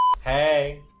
Hey